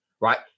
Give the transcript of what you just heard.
right